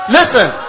Listen